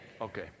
Okay